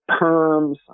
perms